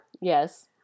Yes